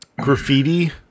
graffiti